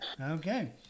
Okay